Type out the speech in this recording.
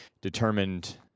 determined